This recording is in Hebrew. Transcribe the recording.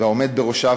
דרכו של העומד בראשה,